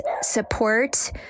support